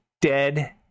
dead